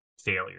failure